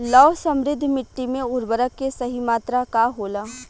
लौह समृद्ध मिट्टी में उर्वरक के सही मात्रा का होला?